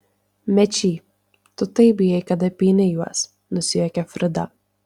mečy tu taip bijai kad apeini juos nusijuokė frida